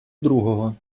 другого